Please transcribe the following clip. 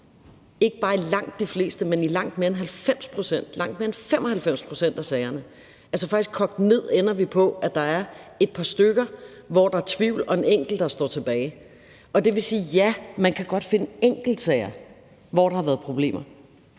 ikke bare i langt de fleste tilfælde, men i langt mere end 90 pct., langt mere end 95 pct. af sagerne. Hvis man kogte det ned, ender vi på, at der er et par stykker, hvor der er tvivl, og der er så en enkelt, der står tilbage. Og det vil sige, at ja, man kan godt finde enkeltsager, hvor der har været problemer,